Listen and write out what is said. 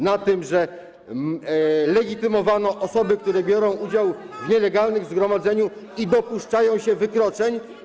Na tym, że legitymowano osoby, które biorą udział w nielegalnych zgromadzeniu i dopuszczają się wykroczeń?